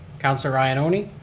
counselor ioannoni.